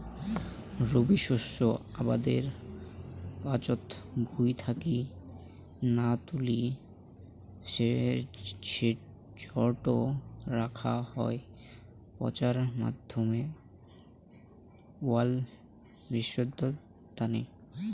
রবি শস্য আবাদের পাচত ভুঁই থাকি না তুলি সেজটো রাখাং হই পচার মাধ্যমত আউয়াল বিদ্ধির তানে